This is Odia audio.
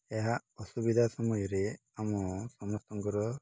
ଏହା ସୁବିଧା ସମୟରେ ଆମ ସମସ୍ତଙ୍କର